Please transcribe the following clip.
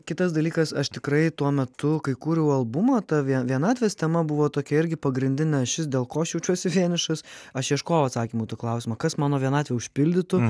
kitas dalykas aš tikrai tuo metu kai kūriau albumą ta vienatvės tema buvo tokia irgi pagrindinė ašis dėl ko aš jaučiuosi vienišas aš ieškojau atsakymų į tą klausimą kas mano vienatvę užpildytų